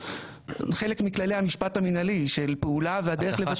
חלק מכללי המשפט המינהלי של פעולה והדרך לבטל אותה.